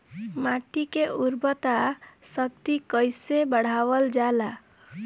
माटी के उर्वता शक्ति कइसे बढ़ावल जाला?